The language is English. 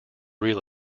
real